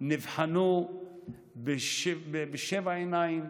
נבחנו בשבע עיניים.